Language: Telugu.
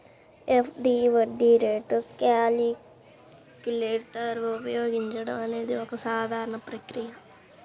ఎఫ్.డి వడ్డీ రేటు క్యాలిక్యులేటర్ ఉపయోగించడం అనేది ఒక సాధారణ ప్రక్రియ